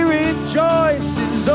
rejoices